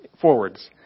forwards